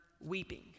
weeping